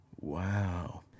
Wow